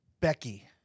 Becky